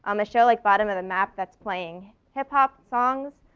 um michelle like bottom of the map that's playing hip hop songs.